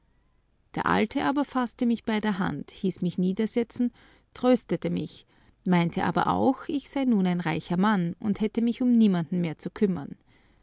der alte aber faßte mich bei der hand hieß mich niedersetzen tröstete mich meinte aber auch ich sei nun ein reicher mann und hätte mich um niemanden mehr zu kümmern